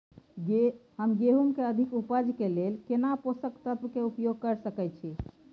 हम गेहूं के अधिक उपज के लेल केना पोषक तत्व के उपयोग करय सकेत छी?